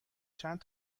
چند